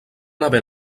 haver